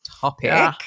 topic